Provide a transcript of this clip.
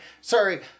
Sorry